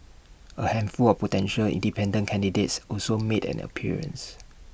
A handful of potential independent candidates also made an appearance